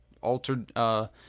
altered